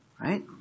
right